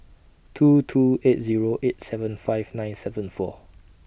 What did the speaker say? two two eight Zero eight seven five nine seven four